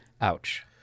Ouch